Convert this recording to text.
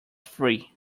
free